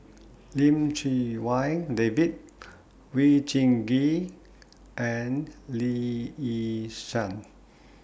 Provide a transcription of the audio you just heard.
Lim Chee Wai David Jin Gee and Lee Yi Shyan